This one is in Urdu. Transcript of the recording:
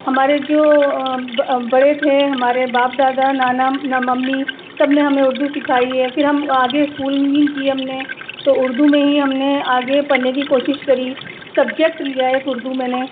ہمارے جو بڑے تھے ہمارے باپ دادا نانا ممی سب نے ہمیں اردو سکھائی ہے پھر ہم آگے اسکولنگ کی ہم نے تو اردو میں ہی ہم نے آگے پڑھنے کی کوشش کری سبجیکٹ لیا ایک اردو میں نے